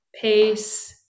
pace